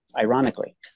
ironically